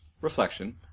reflection